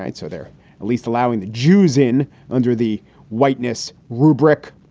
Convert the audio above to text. and so they're at least allowing the jews in under the whiteness rubric.